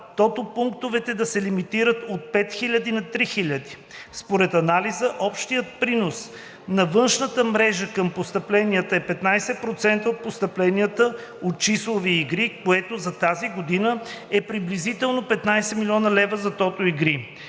тотопунктовете да се лимитират от 5000 на 3000. Според анализа общият принос на външната мрежа към постъпленията е 15% от постъпленията от числови игри, което за тази година е приблизително 15 млн. лв. за тото игри.